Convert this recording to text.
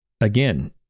again